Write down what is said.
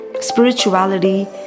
spirituality